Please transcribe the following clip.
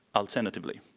alternatively.